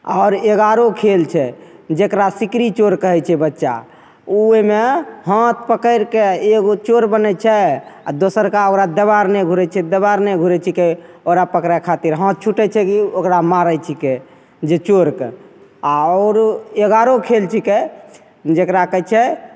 आओर एगो आरो खेल छै जकरा सिकरी चोर कहय छै बच्चा उ ओइमे हाथ पकड़िके एगो चोर बनय छै आओर दोसरका ओकरा दबाड़ने घूरय छै दबाड़ने घूरय छीकै ओकरा पकड़य खातिर हाथ छूटय छै की ओकरा मारय छीकै जे चोरके आओर एगो आरो खेल छीकै जकरा कहय छै